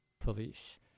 police